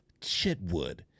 Chitwood